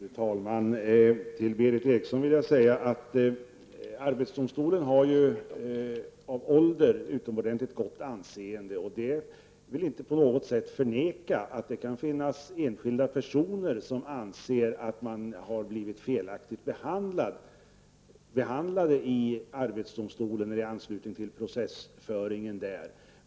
Fru talman! Till Berith Eriksson vill jag säga att arbetsdomstolen av ålder har ett utomordentligt gott anseende. Jag vill inte på något sätt förneka att det kan finnas enskilda personer som anser att de blivit felaktigt behandlade i arbetsdomstolen.